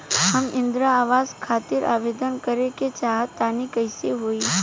हम इंद्रा आवास खातिर आवेदन करे क चाहऽ तनि कइसे होई?